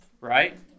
Right